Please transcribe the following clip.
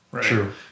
True